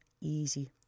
easy